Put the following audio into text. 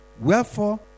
Wherefore